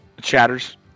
Chatters